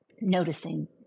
noticing